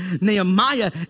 nehemiah